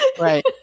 Right